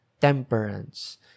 temperance